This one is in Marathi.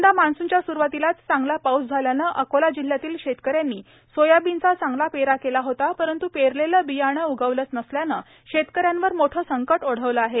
यंदा मान्सूनच्या स्रुवातीलाच चांगला पाऊस झाल्याने अकोला जिल्ह्यातील शेतकऱ्यांनी सोयाबीनचा चांगला पेरा केला होता परंत् पेरलेले बियाणे उगवलेच नसल्याने शेतकऱ्यांवर मोठे संकट ओढवले आहे